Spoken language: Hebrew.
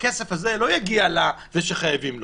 הכסף הזה לא יגיע לאותו אדם שחייבים לו.